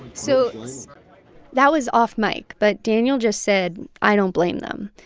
so that was off mic, but daniel just said, i don't blame them.